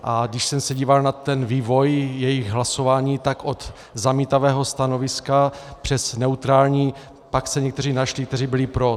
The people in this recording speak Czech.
A když jsem se díval na vývoj jejich hlasování, tak od zamítavého stanoviska přes neutrální, pak se někteří našli, kteří byli pro.